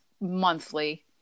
monthly